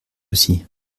aussi